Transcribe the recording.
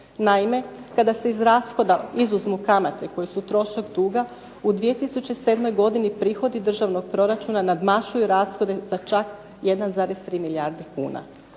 Naime, kada se iz rashoda izuzmu kamate koje su trošak duga u 2007. godini prihodi državnog proračuna nadmašuju rashode za čak 1,3 milijarde kuna.